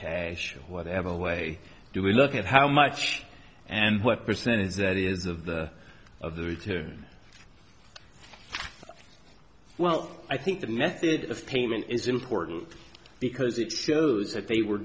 sure whatever way do we look at how much and what percentage that is of the of the return well i think the method of payment is important because it shows that they were